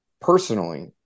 personally